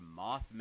Mothman